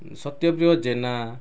Satyapriya Jena